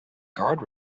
guard